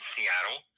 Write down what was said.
Seattle